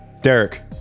Derek